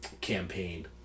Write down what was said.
campaign